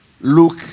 look